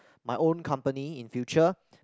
my own company in future